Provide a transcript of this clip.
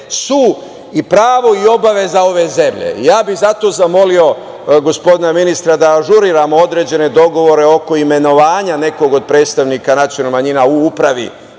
su i pravo i obaveza ove zemlje. Ja bih zato zamolio gospodina ministra da ažuriramo određene dogovore oko imenovanja nekog od predstavnika nacionalnih manjina u Upravi